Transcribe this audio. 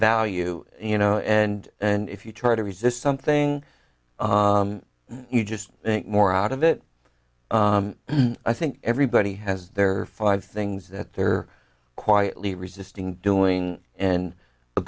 value you know and and if you try to resist something you just think more out of it i think everybody has their five things that they're quietly resisting doing and a